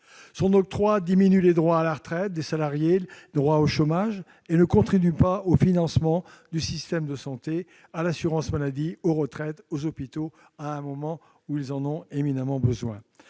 Son octroi diminue les droits à la retraite des salariés et le droit au chômage et ne contribue pas au financement du système de santé, à l'assurance maladie, aux retraites et aux hôpitaux, à un moment où ils en ont éminemment besoin.